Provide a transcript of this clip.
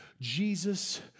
Jesus